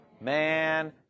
man